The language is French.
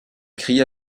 cria